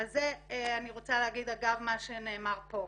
אני רוצה להגיד אגב מה שנאמר פה,